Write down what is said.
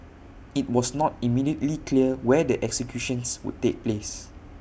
IT was not immediately clear where the executions would take place